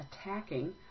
attacking